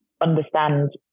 understand